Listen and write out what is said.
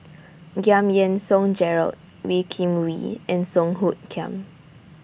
Giam Yean Song Gerald Wee Kim Wee and Song Hoot Kiam